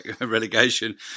relegation